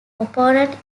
opponent